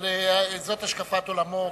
אבל זאת השקפת עולמו.